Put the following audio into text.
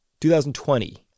2020